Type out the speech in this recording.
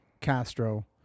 Castro